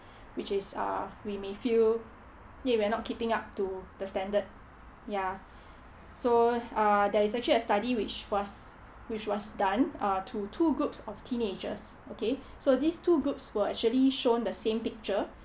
which is uh we may feel we're not keeping up to the standard ya so uh there is actually a study which was which was done uh to two groups of teenagers okay so these two groups were actually shown the same picture